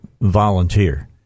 volunteer